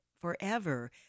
forever